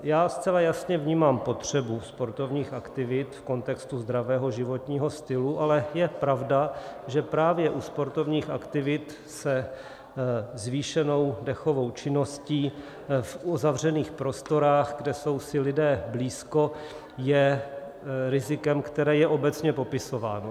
Já zcela jasně vnímám potřebu sportovních aktivit v kontextu zdravého životního stylu, ale je pravda, že právě u sportovních aktivit se zvýšenou dechovou činností v uzavřených prostorách, kde jsou si lidé blízko, je rizikem, které je obecně popisováno.